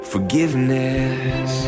Forgiveness